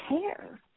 care